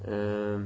um